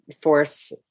force